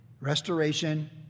restoration